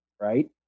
right